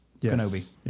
Kenobi